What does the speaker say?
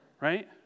Right